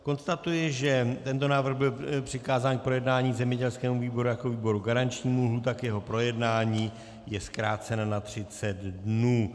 Konstatuji, že tento návrh byl přikázán k projednání zemědělskému výboru jako výboru garančnímu, lhůta k jeho projednání je zkrácena na 30 dnů.